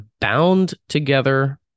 bound-together